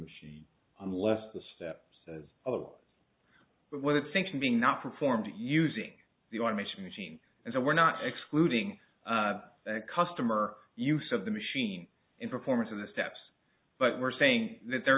machine unless the step says oh but what it sinks in being not performed using the automation machine and so we're not excluding the customer use of the machine in performance of the steps but we're saying that there